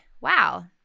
wow